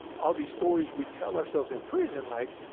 all these stories we tell ourselves in prison, like,